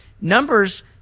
Numbers